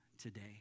today